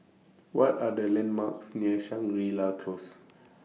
What Are The landmarks near Shangri La Close